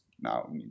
Now